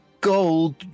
gold